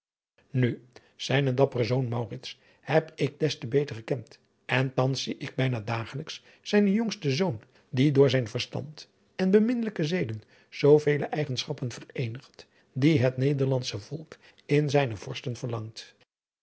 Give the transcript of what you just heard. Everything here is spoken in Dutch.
nu zijnen dapperen zoon maurits heb ik des te beter gekend en thans zie ik bijna dagelijks zijnen jongsten zoon die door zijn verstand en beminnelijke zeden zoovele eigenschappen vereenigt die het nederlandsche volk in zijne vorsten verlangt